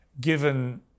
given